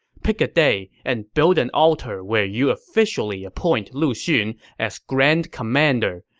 pick a day and build an altar where you officially appoint lu xun as grand commander,